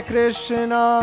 Krishna